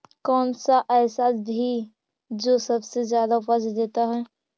कौन सा ऐसा भी जो सबसे ज्यादा उपज देता है?